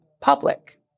public